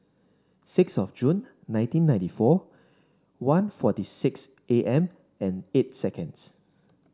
six of June nineteen ninety four one forty six A M and eight seconds